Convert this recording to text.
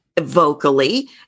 vocally